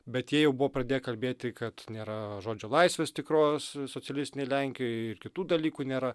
bet jie jau buvo pradėję kalbėti kad nėra žodžio laisvės tikros socialistinėj lenkijoj ir kitų dalykų nėra